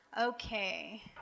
Okay